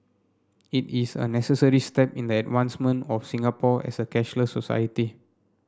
it is a necessary step in the advancement of Singapore as a cashless society